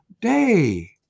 day